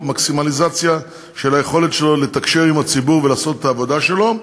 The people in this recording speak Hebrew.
מקסימליזציה של היכולת שלו לתקשר עם הציבור ולעשות את העבודה שלו.